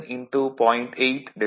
8100 1000 0